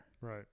Right